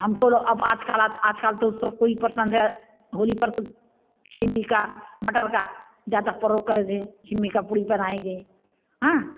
हमको लो आज कल तो सबको ही पसंद है होली पर छीमी का मटर का ज़्यादा प्रयोग कर दे छीमी का पूड़ी बनाएंगे हां